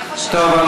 טוב,